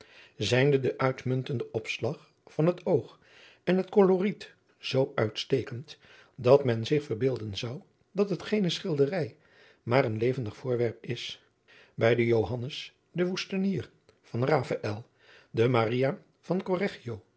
zijnde de uitmuntende opslag van het oog en het koloriet zoo uitstekend dat men zich verbeelden zou dat het geene schilderij maar een levendig voorwerp is bij den johannes de woestijnier van rafael de maria van